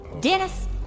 Dennis